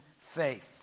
faith